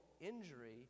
injury